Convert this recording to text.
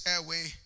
Airway